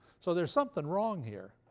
so there's something wrong here.